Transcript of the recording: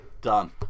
Done